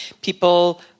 people